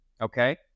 okay